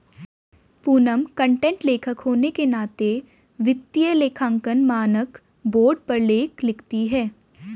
Poonam content लेखक होने के नाते वित्तीय लेखांकन मानक बोर्ड पर लेख लिखती है